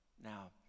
Now